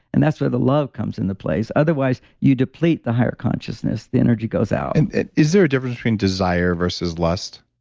and that's where the love comes into place. otherwise, you deplete the higher consciousness, the energy goes out. and is there a difference between desire versus lust?